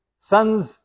sons